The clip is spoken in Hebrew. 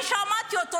אני שמעתי אותו,